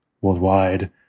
worldwide